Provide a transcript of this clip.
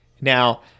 now